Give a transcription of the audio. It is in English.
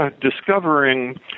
discovering